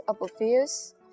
obvious